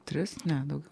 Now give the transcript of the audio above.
tris ne daugiau